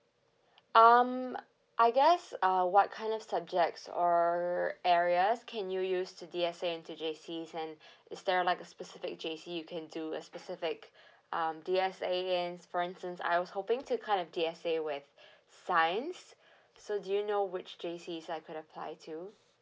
um I guess uh what kind of subjects or areas can you use to D_S_A into J_C's and is there like a specific J_C you can do a specific um D_S_A and for instance I was hoping to kind of D_S_A with science so do you know which J_C's I could apply to